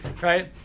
right